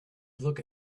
look